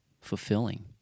fulfilling